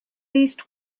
least